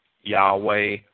Yahweh